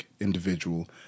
individual